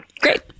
Great